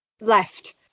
left